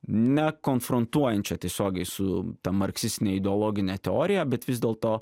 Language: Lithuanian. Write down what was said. nekonfrontuojančią tiesiogiai su ta marksistine ideologine teorija bet vis dėlto